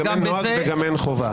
גם אין נוהג וגם אין חובה.